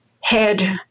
head